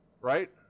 Right